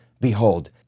behold